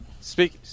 Speak